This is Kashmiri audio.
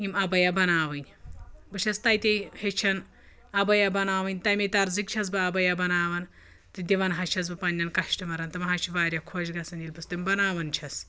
یِم اَبَیاہ بَناوٕنۍ بہٕ چھَس تَتے ہیٚچھان اَبَیاہ بَناوٕنۍ تَمے تَرزٕکۍ چھَس بہٕ اَبَیاہ بَناوان تہٕ دِوان حظ چھَس بہٕ پنٛنٮ۪ن کَشٹَمَرَن تِم حظ چھِ واریاہ خۄش گژھان ییٚلہِ بہٕ تِم بَناوان چھَس